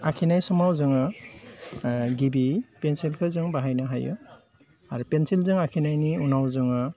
आखिनाय समाव जोङो गिबि पेन्सिलखौ जों बाहायनो हायो आरो पेन्सिलजों आखिनायनि उनाव जोङो